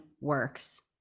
works